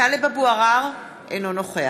(קוראת בשמות חברי הכנסת) טלב אבו עראר, אינו נוכח